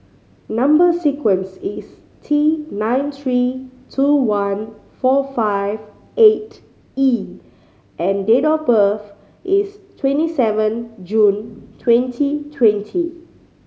number sequence is T nine three two one four five eight E and date of birth is twenty seven June twenty twenty